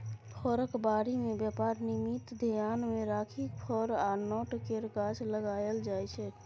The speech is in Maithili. फरक बारी मे बेपार निमित्त धेआन मे राखि फर आ नट केर गाछ लगाएल जाइ छै